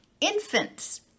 Infants